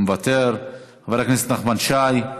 מוותר, חבר הכנסת נחמן שי,